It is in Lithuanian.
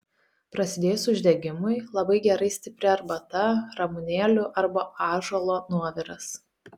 prasidėjus uždegimui labai gerai stipri arbata ramunėlių arba ąžuolo nuoviras